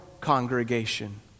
congregation